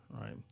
right